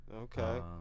Okay